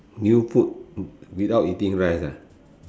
new food without eating rice ah